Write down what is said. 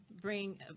bring